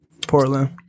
Portland